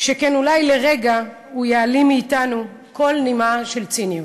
שכן אולי לרגע הוא יעלים מאתנו כל נימה של ציניות.